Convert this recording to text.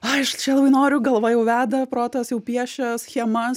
aš čia labai noriu galva jau veda protas jau piešia schemas